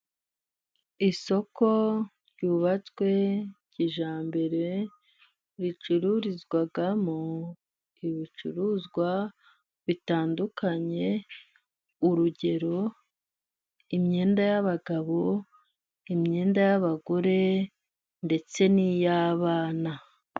Isoko ryubatswe kijyambere ricururizwamo ibicuruzwa bitandukanye urugero: imyenda y' abagabo, imyenda y' abagore ndetse n' iy' abana.